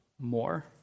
more